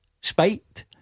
spite